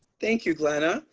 thank you, glenna.